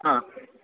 हा